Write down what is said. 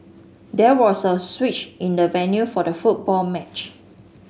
there was a switch in the venue for the football match